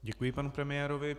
Děkuji panu premiérovi.